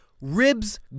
Ribs